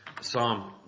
Psalm